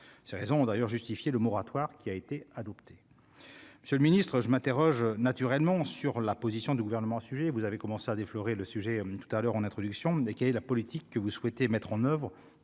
raison d'ailleurs justifié le moratoire qui a été adopté, Monsieur le Ministre, je m'interroge naturellement sur la position du gouvernement sujet vous avez commencé à déflorer le sujet tout à l'heure en introduction décaler la politique que vous souhaitez mettre en oeuvre